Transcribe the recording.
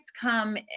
come